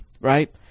right